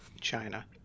China